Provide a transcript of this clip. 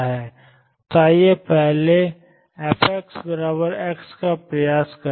तो आइए अब पहले f x का प्रयास करें